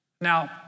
Now